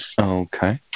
Okay